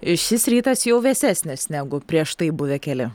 šis rytas jau vėsesnės negu prieš tai buvę keli